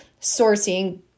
sourcing